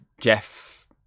Jeff